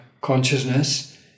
consciousness